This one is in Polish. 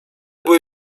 były